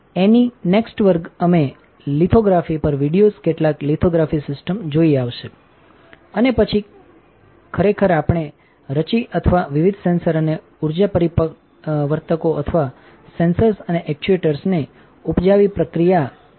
NE માંXT વર્ગો અમે લિથોગ્રાફી પર વિડિઓઝ કેટલાક લિથોગ્રાફી સિસ્ટમ જોઈ આવશે અને પછી કરશેખરેખર રચી અથવા વિવિધ સેન્સર અને ઊર્જાપરિવર્તકો અથવા સેન્સર્સ અને એક્યુરેટર્સને ઉપજાવી પ્રક્રિયા પ્રવાહ શરૂ કરો